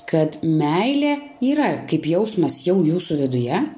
kad meilė yra kaip jausmas jau jūsų viduje